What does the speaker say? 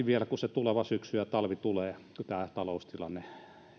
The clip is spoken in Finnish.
vielä kun se tuleva syksy ja talvi tulee kun tämä taloustilanne